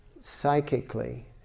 psychically